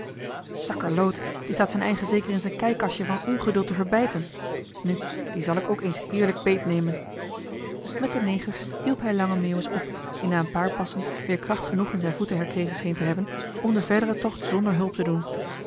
sakkerloot die staat z'n eigen zeker in zijn kijk kastje van ongeduld te verbijten nu dien zal ik ook eens heerlijk beet nemen met den neger hielp hij lange meeuwis op die na een paar passen weer kracht genoeg in z'n voeten herkregen scheen te hebben om den verderen tocht zonder hulp te doen